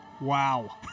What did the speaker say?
Wow